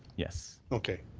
yes. okay.